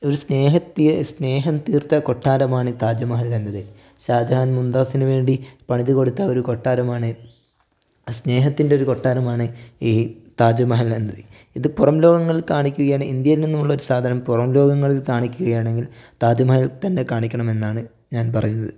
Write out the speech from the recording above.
ഒരു സ്നേഹം തീർത്ത കൊട്ടാരമാണ് ഈ താജ്മഹൽ എന്നത് ഷാജഹാൻ മുംതാസിനു വേണ്ടി പണിതുകൊടുത്ത ഒരു കൊട്ടാരമാണ് സ്നേഹത്തിൻ്റെ ഒരു കൊട്ടാരമാണ് ഈ താജ്മഹൽ എന്നത് ഇത് പുറം ലോകങ്ങൾ കാണിക്കുകയാണ് ഇന്ത്യയിൽ നിന്നുമുള്ളൊരു സാധനം പുറം ലോകങ്ങളിൽ കാണിക്കുകയാണെങ്കിൽ താജ്മഹൽ തന്നെ കാണിക്കണമെന്നാണ് ഞാൻ പറയുന്നത്